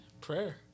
Prayer